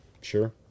Sure